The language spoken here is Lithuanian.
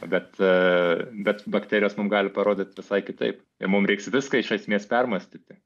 bet bet bakterijos mum gali parodyt visai kitaip ir mum reiks viską iš esmės permąstyti